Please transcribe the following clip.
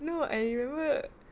no I remember